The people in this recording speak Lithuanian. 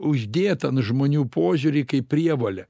uždėt ant žmonių požiūrį kaip prievolę